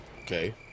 Okay